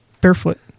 barefoot